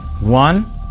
One